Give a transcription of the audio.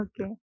Okay